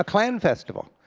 ah clan festival.